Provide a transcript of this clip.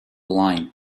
line